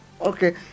Okay